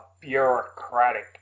bureaucratic